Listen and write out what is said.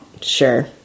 Sure